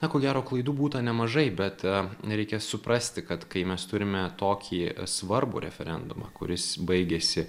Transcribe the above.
na ko gero klaidų būta nemažai bet nereikia suprasti kad kai mes turime tokį svarbų referendumą kuris baigėsi